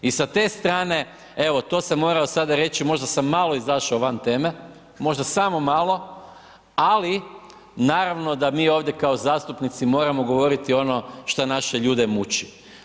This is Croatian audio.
I sa te strane, evo, to sam moramo sada reći, možda sam malo izašao van teme, možda samo malo, ali naravno da mi ovdje kao zastupnici moramo govoriti ono šta naše ljude muči.